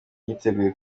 yiteguye